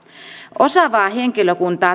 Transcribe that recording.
osaavaa henkilökuntaa